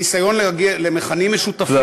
ניסיון להגיע למכנים משותפים,